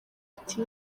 ati